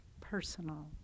personal